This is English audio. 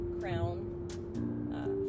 crown